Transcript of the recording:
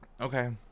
Okay